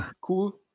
cool